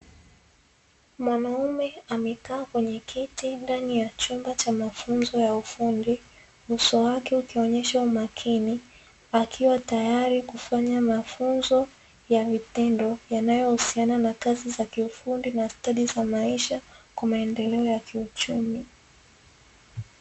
Mwanaume amekaa kwenye kiti ndani ya chumba cha mafunzo ya ufundi, uso wake ukionyesha umakini, akiwa tayari kufanya mafunzo ya vitendo, yanayohusiana na kazi za kiufundi na stadi za maisha, kwa maendeleo ya kiuchumi.